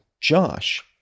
Josh